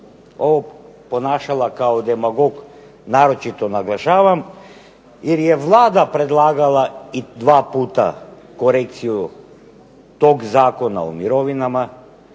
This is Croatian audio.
Ovo ponašala kao demagog naročito naglašavam, jer je Vlada predlagala i dva puta korekciju tog Zakona o mirovina